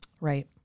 Right